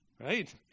right